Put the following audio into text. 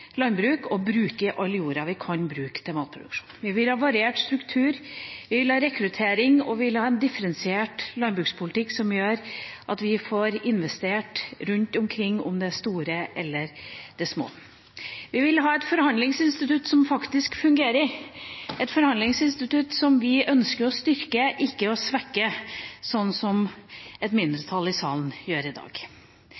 landbruk og bruker all jorda vi kan bruke til matproduksjon. Vi vil ha variert struktur, vi vil ha rekruttering, og vi vil ha en differensiert landbrukspolitikk som gjør at vi får investert rundt omkring, om det er store eller det er små. Vi vil ha et forhandlingsinstitutt som faktisk fungerer, et forhandlingsinstitutt som vi ønsker å styrke, ikke å svekke, sånn som et